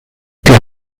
die